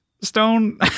stone